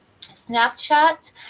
Snapchat